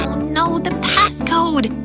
oh no, the pass code!